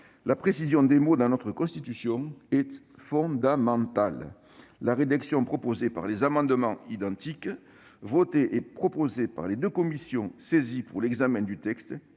La précision des mots dans notre Constitution est fondamentale. La rédaction proposée dans les amendements identiques présentés par les deux commissions saisies pour l'examen du texte-